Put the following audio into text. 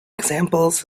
examples